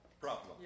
problem